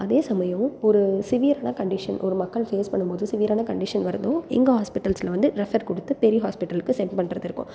அதே சமயம் ஒரு சிவியரான கண்டிஷன் ஒரு மக்கள் ஃபேஸ் பண்ணும்போது சிவியரான கண்டிஷன் வரதும் எங்கள் ஹாஸ்பிட்டல்ஸில் வந்து ரெஃபர் கொடுத்து பெரிய ஹாஸ்பிட்டலுக்கு சென்ட் பண்றது இருக்கும்